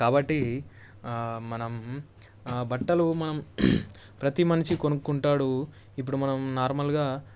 కాబట్టి మనం బట్టలు మనం ప్రతి మనిషి కొనుక్కుంటాడు ఇపుడు మనం నార్మల్గా